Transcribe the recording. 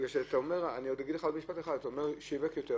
אתה אומר "יותר שיווק".